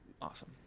awesome